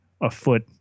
afoot